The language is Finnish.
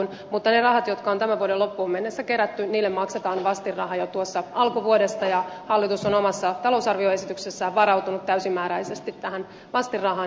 mutta niille rahoille jotka tämän vuoden loppuun mennessä on kerätty maksetaan vastinraha jo tuossa alkuvuodesta ja hallitus on omassa talousarvioesityksessään varautunut täysimääräisesti tähän vastinrahaan